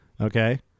Okay